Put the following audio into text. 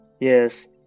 Yes